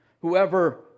Whoever